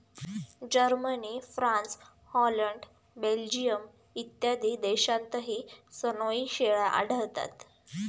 Germany, France, Holland, Belgium इत्यादी देशांतही सनोई शेळ्या आढळतात